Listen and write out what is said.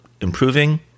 improving